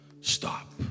stop